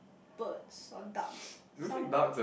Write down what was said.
birds or ducks some